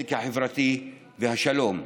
הצדק החברתי והשלום.